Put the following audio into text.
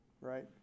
Right